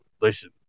listen